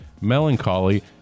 melancholy